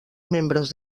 membres